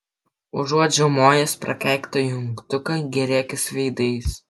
užuot žiaumojęs prakeiktą jungtuką gėrėkis veidais